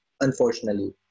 unfortunately